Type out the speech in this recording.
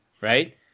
right